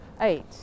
eight